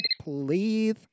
please